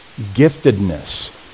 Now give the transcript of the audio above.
giftedness